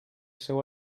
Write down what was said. seu